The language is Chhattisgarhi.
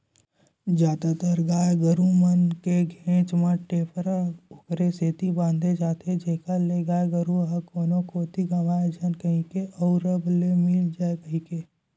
जादातर गाय गरु मन के घेंच म टेपरा ओखरे सेती बांधे जाथे जेखर ले गाय गरु ह कोनो कोती गंवाए झन कहिके अउ रब ले मिल जाय कहिके